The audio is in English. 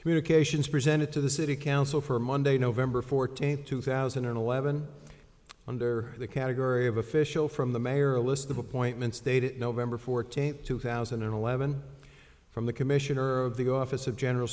communications presented to the city council for monday november fourteenth two thousand and eleven under the category of official from the mayor a list of appointments dated november fourteenth two thousand and eleven from the commissioner of the office of general